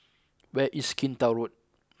where is Kinta Road